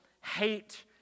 hate